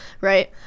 Right